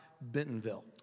Bentonville